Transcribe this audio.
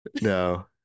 No